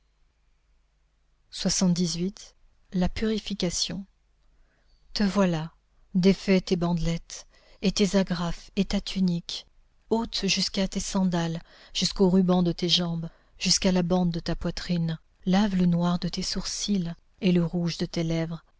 la purification te voilà défais tes bandelettes et tes agrafes et ta tunique ôte jusqu'à tes sandales jusqu'aux rubans de tes jambes jusqu'à la bande de ta poitrine lave le noir de tes sourcils et le rouge de tes lèvres